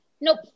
Nope